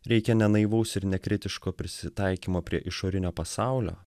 reikia ne naivaus ir nekritiško prisitaikymo prie išorinio pasaulio